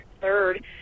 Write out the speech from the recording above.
third